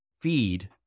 feed